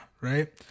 right